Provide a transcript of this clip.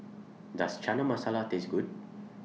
Does Chana Masala Taste Good